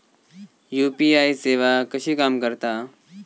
UPI सेवा कशी काम करता?